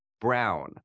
brown